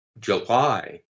July